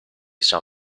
san